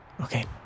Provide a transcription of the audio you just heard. Okay